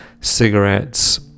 cigarettes